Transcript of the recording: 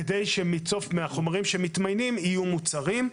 כדי שניצור מהחומרים שמתמיינים מוצרים.